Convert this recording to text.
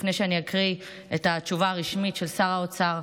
לפני שאני אקריא את התשובה הרשמית של שר האוצר,